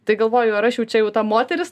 tai galvoju ar aš jau čia jau ta moteris